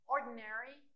Ordinary